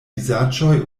vizaĝoj